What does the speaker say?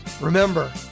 Remember